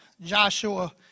Joshua